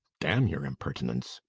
damn your impertinence!